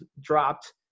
dropped